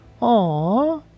Aw